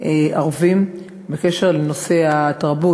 ערבים בקשר לנושא התרבות,